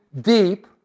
deep